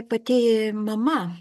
pati mama